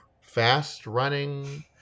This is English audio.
fast-running